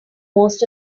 most